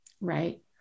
Right